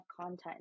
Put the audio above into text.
content